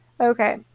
Okay